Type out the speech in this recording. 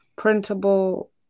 Printable